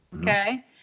Okay